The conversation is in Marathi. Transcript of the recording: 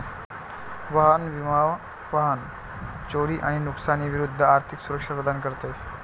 वाहन विमा वाहन चोरी आणि नुकसानी विरूद्ध आर्थिक सुरक्षा प्रदान करते